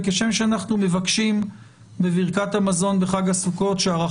כשם שאנחנו מבקשים בברכת המזון של חג